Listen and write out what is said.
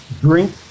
drink